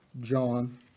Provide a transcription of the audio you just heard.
John